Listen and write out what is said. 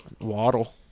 Waddle